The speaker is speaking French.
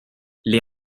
les